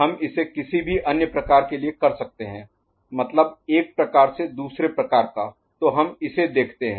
हम इसे किसी भी अन्य प्रकार के लिए कर सकते हैं मतलब एक प्रकार से दूसरे प्रकार का तो हम इसे देखते हैं